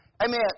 amen